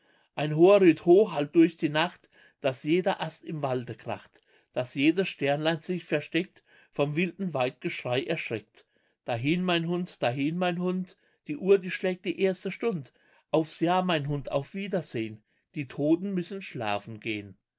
ein horüdhoh hallt durch die nacht daß jeder ast im walde kracht daß jedes sternlein sich versteckt vom wilden weidgeschrei erschreckt dahin mein hund dahin mein hund die uhr die schlägt die erste stund aufs jahr mein hund auf wiedersehn die toten müssen schlafen gehn